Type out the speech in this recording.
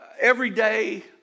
everyday